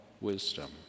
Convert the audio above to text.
wisdom